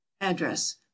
address